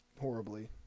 horribly